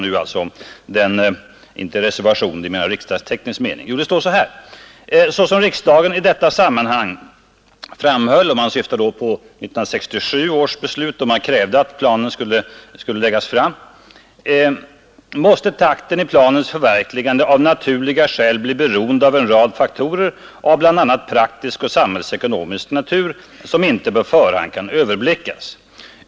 — Jo, så här står det: ”Så som riksdagen i detta sammanhang framhöll” — man syftar då på 1967 års beslut, då det krävdes att planen skulle läggas fram — ”måste takten i planens förverkligande av naturliga skäl bli beroende av en rad faktorer av bl.a. praktisk och samhällsekonomisk natur, som inte på förhand kan överblickas.